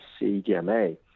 CDMA